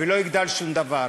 ולא יגדל שום דבר.